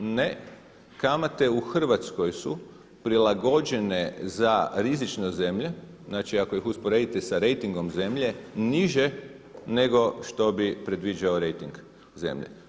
Ne, kamate u Hrvatskoj su prilagođene za rizične zemlje, znači ako ih usporedite sa rejtingom zemlje niže nego što bi predviđao rejting zemlje.